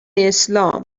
اسلام